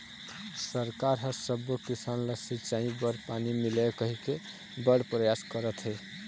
सरकार ह सब्बो किसान ल सिंचई बर पानी मिलय कहिके बड़ परयास करत हे